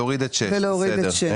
ולהוריד את 6. ולהוריד את 6. בסדר,